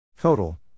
Total